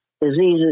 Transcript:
diseases